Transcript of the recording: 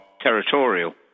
territorial